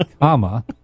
comma